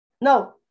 No